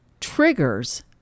triggers